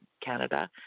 Canada